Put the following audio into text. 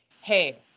hey